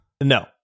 No